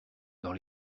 dans